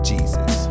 Jesus